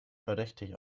verdächtig